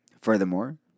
Furthermore